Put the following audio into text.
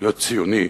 להיות ציוני,